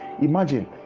Imagine